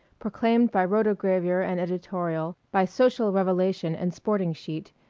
proclaimed by rotogravure and editorial, by social revelation and sporting sheet,